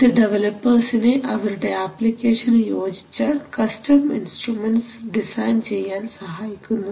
ഇത് ഡെവലപ്പെർസിനെ അവരുടെ അപ്ലിക്കേഷനു യോജിച്ച കസ്റ്റം ഇൻസ്റ്റ്രുമെന്റ്സ് ഡിസൈൻ ചെയ്യാൻ സഹായിക്കുന്നു